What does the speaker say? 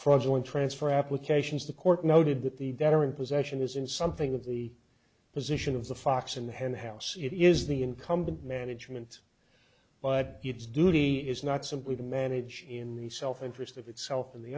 fraudulent transfer applications the court noted that the debtor in possession is in something of the position of the fox in the henhouse it is the incumbent management but its duty is not simply to manage in the self interest of itself and the